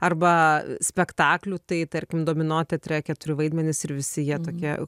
arba spektaklių tai tarkim domino teatre keturi vaidmenys ir visi jie tokie